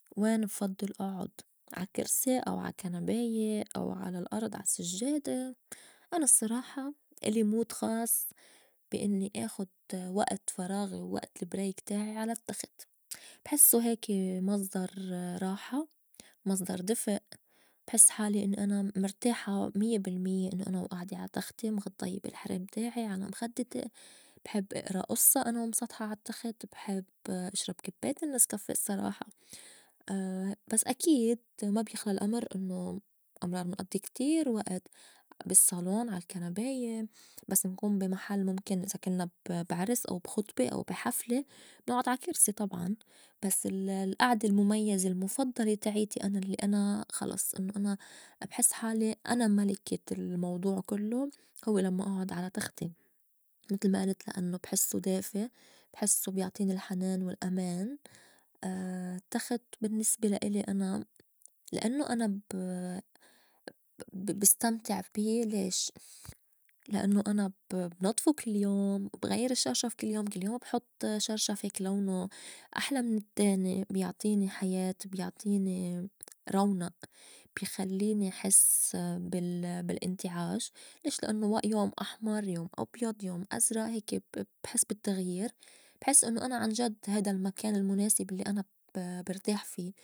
وين بفضّل اعُّد عا كرسي، أو عا كنباية، أو على الأرض عالسجّادة؟ أنا الصّراحة إلي مود خاص بي إنّي آخُد وقت فراغي و وقت البريك تاعي على التّخت بحسّو هيكي مصدر راحة، مصدر دفئ، بحس حالي إنّي أنا مرتاحة ميّة بالميّة إنّو أنا وئاعدة عا تختي مغطّاية بالحرام تاعي على مخدّتي، بحب إئرا أصّه أنا ومسطحة على التّخت، بحب إشرب كبّاية النسكافيه الصّراحة، بس أكيد ما بيخلى الأمر إنّو أمرار نئضّي كتير وقت بالصّالون عالكنباية، بس نكون بي محل مُمكن إذا كنّا ب- بعرس أو بخطبة أو بي حفلة ناعُد عا كرسي طبعاً، بس ال- الئعدة المُميّزة المُفضّلة تاعيتي أنا الّي أنا خلص إنّو أنا بحس حالي أنا ملكة الموضوع كلّو هوّ لمّا اعُد على تختي متل ما إلت لأنّو بحسّو دافي بحسّو بيعطيني الحنان والأمان. التّخت بالنّسبة لألي أنا لأنوا أنا ب- ب- بستمتع في ليش؟ لأنّو أنا ب- بنضفو كل يوم، بغيّر الشّرشف كل يوم، كل يوم بحُط شرشف هيك لونه أحلى من التّاني بيعطيني حياة بيعطيني رونئ بي خلّيني حس بال- بالانتعاش ليش؟ لأنّه و يوم أحمر، يوم أبيض، يوم أزرق هيكي بح- بحس بالتغير بحس إنّو أنا عنجد هيدا المكان المُناسب الّي أنا ب- برتاح في.